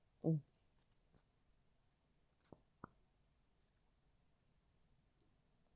oh